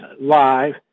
live